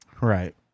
Right